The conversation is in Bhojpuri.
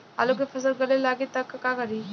आलू के फ़सल गले लागी त का करी?